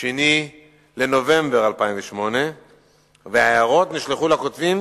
2 בנובמבר 2008 וההערות נשלחו לכותבים